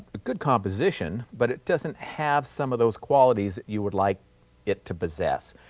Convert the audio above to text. good composition but it doesn't have some of those qualities you would like it to possess.